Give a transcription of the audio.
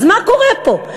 אז מה קורה פה?